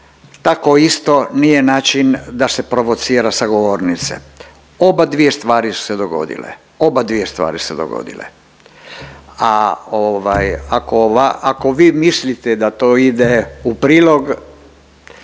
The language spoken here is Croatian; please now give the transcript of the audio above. tako isto nije način da se provocira sa govornice. Obadvije stvari su se dogodile, obadvije stvari su se dogodile,